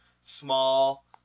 small